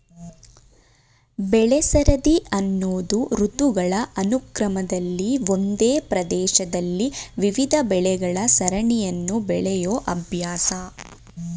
ಬೆಳೆಸರದಿ ಅನ್ನೋದು ಋತುಗಳ ಅನುಕ್ರಮದಲ್ಲಿ ಒಂದೇ ಪ್ರದೇಶದಲ್ಲಿ ವಿವಿಧ ಬೆಳೆಗಳ ಸರಣಿಯನ್ನು ಬೆಳೆಯೋ ಅಭ್ಯಾಸ